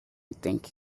think